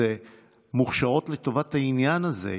שמוכשרות לטובת העניין הזה,